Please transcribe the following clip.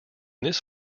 this